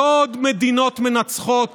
לא עוד מדינות מנצחות